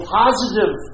positive